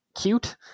cute